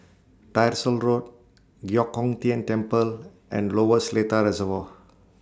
Tyersall Road Giok Hong Tian Temple and Lower Seletar Reservoir